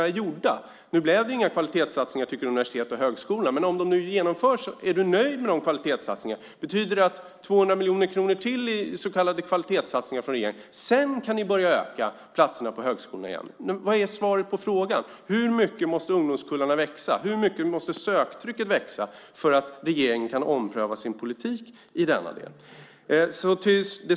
Nu blev det inte några kvalitetssatsningar, tycker universitet och högskolor. Men om de nu genomförs, är du då nöjd med dessa kvalitetssatsningar? Betyder det 200 miljoner kronor till i så kallade kvalitetssatsningar från regeringen och att ni sedan kan börja öka antalet platser i högskolan igen? Vad är svaret på frågan? Hur mycket måste ungdomskullarna växa, och hur mycket måste söktrycket öka för att regeringen ska kunna ompröva sin politik i denna del?